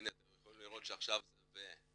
הנה, אתם יכולים לראות שעכשיו זה בצרפתית.